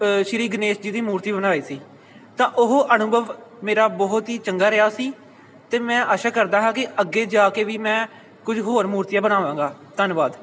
ਸ਼੍ਰੀ ਗਣੇਸ਼ ਜੀ ਦੀ ਮੂਰਤੀ ਬਣਾਈ ਸੀ ਤਾਂ ਉਹ ਅਨੁਭਵ ਮੇਰਾ ਬਹੁਤ ਹੀ ਚੰਗਾ ਰਿਹਾ ਸੀ ਅਤੇ ਮੈਂ ਆਸ਼ਾ ਕਰਦਾ ਹਾਂ ਕਿ ਅੱਗੇ ਜਾ ਕੇ ਵੀ ਮੈਂ ਕੁਝ ਹੋਰ ਮੂਰਤੀਆਂ ਬਣਾਵਾਂਗਾ ਧੰਨਵਾਦ